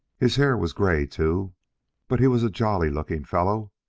his hair was gray, too but he was a jolly-looking fellow,